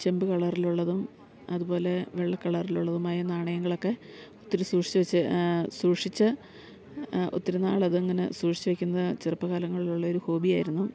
ചെമ്പ് കളറിലുള്ളതും അതു പോലെ വെള്ള കളറിലുള്ളതുമായ നാണയങ്ങളൊക്കെ ഒത്തിരി സൂക്ഷിച്ച് വെച്ച് സൂക്ഷിച്ച് ഒത്തിരുന്നാളതിങ്ങനെ സൂക്ഷിച്ച് വെക്കുന്ന ചെറുപ്പകാലങ്ങളിലുള്ളൊരു ഹോബിയായിരുന്നു